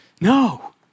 No